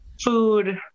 food